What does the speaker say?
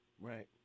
Right